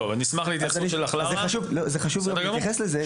זה חשוב להתייחס לזה.